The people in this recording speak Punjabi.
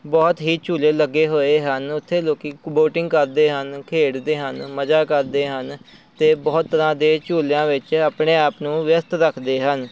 ਬਹੁਤ ਹੀ ਝੂਲੇ ਲੱਗੇ ਹੋਏ ਹਨ ਉੱਥੇ ਬੋਟਿੰਗ ਕਰਦੇ ਹਨ ਖੇਡਦੇ ਹਨ ਮਜ਼ਾ ਕਰਦੇ ਹਨ ਅਤੇ ਬਹੁਤ ਤਰ੍ਹਾਂ ਦੇ ਝੂਲਿਆਂ ਵਿੱਚ ਆਪਣੇ ਆਪ ਨੂੰ ਵਿਅਸਤ ਰੱਖਦੇ ਹਨ